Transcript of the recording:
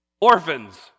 Orphans